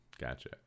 gotcha